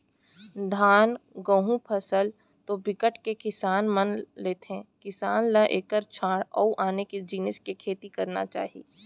धान, गहूँ फसल तो बिकट के किसान मन ह लेथे किसान ल एखर छांड़ अउ आने जिनिस के खेती करना चाही